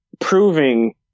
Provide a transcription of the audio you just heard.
proving